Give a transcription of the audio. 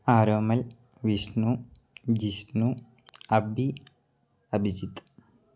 Aromal Vishnu Jishnu Abhi Abhijith